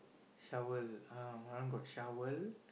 shovel ah my one got shovel